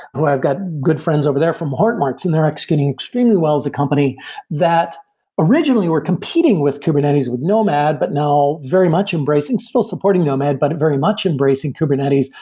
where i've got good friends over there from hortonworks and they're executing extremely well as a company that originally were competing with kubernetes, with nomad, but now very much embracing, still supporting nomad, but very much embracing kubernetes,